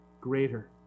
greater